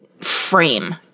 frame